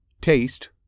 taste